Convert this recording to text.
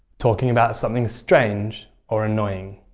talking about something strange or annoying.